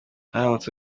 aramutse